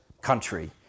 country